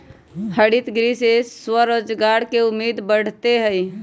हरितगृह से स्वरोजगार के उम्मीद बढ़ते हई